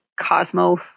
Cosmos